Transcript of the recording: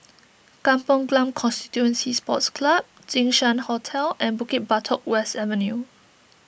Kampong Glam Constituency Sports Club Jinshan Hotel and Bukit Batok West Avenue